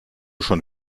schon